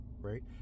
right